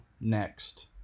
next